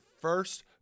first